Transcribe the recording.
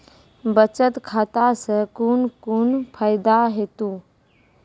बचत खाता सऽ कून कून फायदा हेतु?